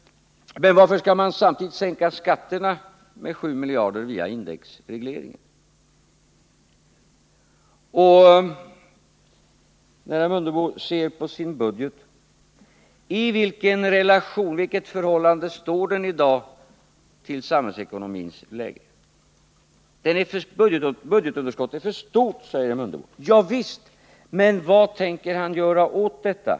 Men varför skall man samtidigt sänka skatterna med 7 miljarder via indexregleringen? Och när herr Mundebo ser på sin budget, i vilket förhållande står den i dag till samhällsekonomins läge? Budgetunderskottet är för stort, säger herr Mundebo. Javisst, men vad tänker han göra åt detta?